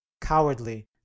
cowardly